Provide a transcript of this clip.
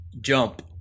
jump